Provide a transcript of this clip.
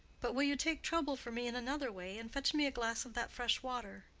but will you take trouble for me in another way, and fetch me a glass of that fresh water?